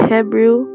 Hebrew